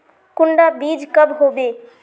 कुंडा बीज कब होबे?